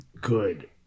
good